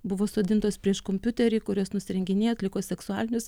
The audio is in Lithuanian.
buvo sodintos prieš kompiuterį kurias nusirenginėja atliko seksualinius